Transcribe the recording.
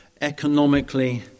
economically